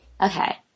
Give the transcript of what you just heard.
okay